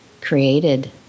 created